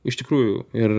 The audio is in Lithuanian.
iš tikrųjų ir